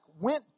went